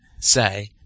say